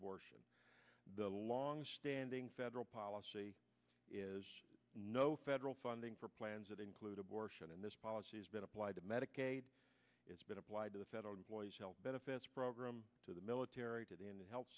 abortion the longstanding federal policy is no federal funding for plans that include abortion and this policy has been applied to medicaid it's been applied to the federal employees health benefits program to the military did in the health